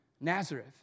Nazareth